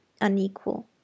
unequal